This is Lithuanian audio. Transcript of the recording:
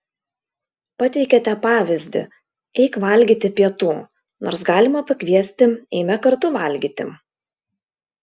pateikiate pavyzdį eik valgyti pietų nors galima pakviesti eime kartu valgyti